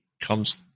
comes